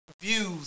views